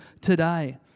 today